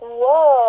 whoa